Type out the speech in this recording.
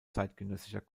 zeitgenössischer